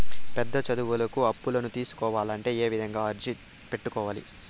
పెద్ద చదువులకు అప్పులను తీసుకోవాలంటే ఏ విధంగా అర్జీ పెట్టుకోవాలి?